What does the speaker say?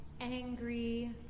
angry